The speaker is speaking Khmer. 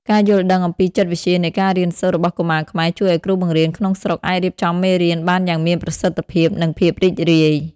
ការយល់ដឹងអំពីចិត្តវិទ្យានៃការរៀនសូត្ររបស់កុមារខ្មែរ ជួយឱ្យគ្រូបង្រៀនក្នុងស្រុកអាចរៀបចំមេរៀនបានយ៉ាងមានប្រសិទ្ធភាព និងភាពរីករាយ។